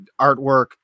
artwork